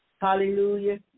Hallelujah